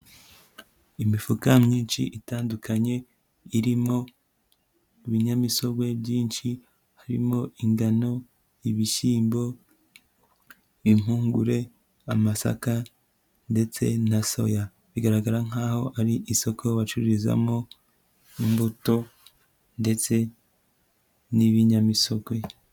Imifuka myinshi itandukanye irimo ibinyamisogwe byinshi harimo ingano, ibishyimbo, impungure, amasaka ndetse na soya, bigaragara nk'aho ari isoko bacururizamo imbuto ndetse n'ibinyamisogwe.